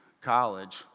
college